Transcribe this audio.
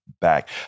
back